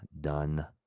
done